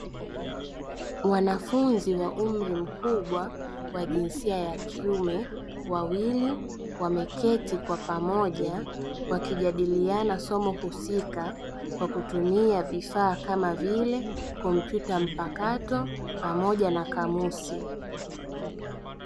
Wanafunzi wa umri mkubwa wa jinsia ya kiume wawili wameketi kwa pamoja wakijadiliana somo husika kwa kutumia vifaa kama vile, kompyuta mpakato pamoja na kamusi.